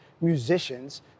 musicians